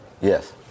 Yes